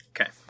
Okay